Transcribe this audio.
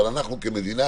אבל אנחנו כמדינה,